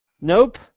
Nope